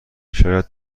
شاید